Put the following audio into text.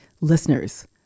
listeners